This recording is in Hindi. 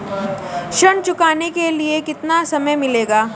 ऋण चुकाने के लिए कितना समय मिलेगा?